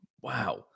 Wow